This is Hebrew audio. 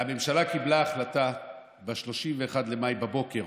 הממשלה קיבלה החלטה ב-31 במאי בבוקר